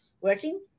working